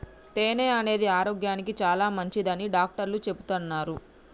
తేనె అనేది ఆరోగ్యానికి చాలా మంచిదని డాక్టర్లు చెపుతాన్రు